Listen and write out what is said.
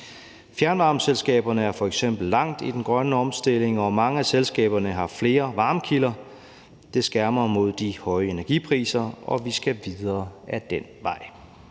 Fjernvarmeselskaberne er f.eks. langt i den grønne omstilling, og mange af selskaberne har flere varmekilder. Det skærmer mod de høje energipriser, og vi skal videre ad den vej.